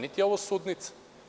Nije ovo sudnica.